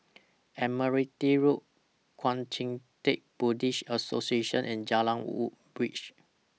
Admiralty Road Kuang Chee Tng Buddhist Association and Jalan Woodbridge